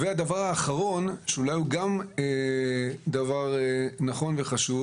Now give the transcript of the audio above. הדבר האחרון שאולי הוא גם דבר נכון וחשוב.